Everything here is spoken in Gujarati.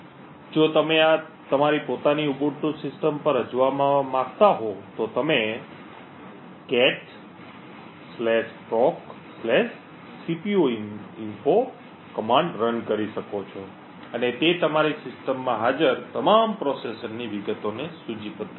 જો તમે આ તમારી પોતાની ઉબુન્ટુ સિસ્ટમ પર અજમાવવા માંગતા હોવ તો તમે 'catproccpuinfo' આદેશ રન કરી શકો છો અને તે તમારી સિસ્ટમમાં હાજર તમામ પ્રોસેસરની વિગતોની સૂચિબદ્ધ કરશે